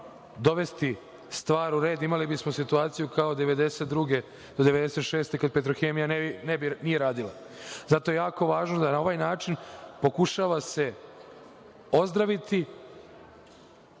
dovesti stvar u red, imali bismo situaciju kao 1992. godine ili 1996. godine kada „Petrohemija“ nije radila. Zato je jako važno da na ovaj način pokušava se ozdraviti